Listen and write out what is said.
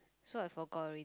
so I forgot already